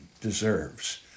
deserves